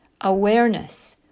awareness